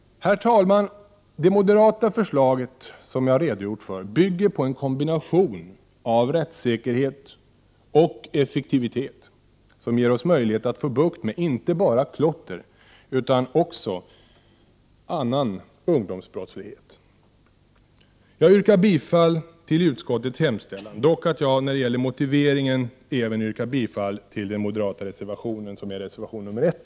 Herr talman! Det moderata förslag som jag har redogjort för bygger på en kombination av rättssäkerhet och effektivitet som ger oss möjlighet att få bukt med inte bara klotter utan också med ungdomsbrottsligheten som helhet. Jag yrkar bifall till utskottets hemställan. Dock yrkar jag när det gäller motiveringen även bifall till den moderata reservationen nr 1.